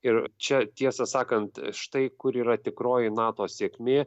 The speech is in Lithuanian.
ir čia tiesą sakant štai kur yra tikroji nato sėkmė